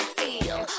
feel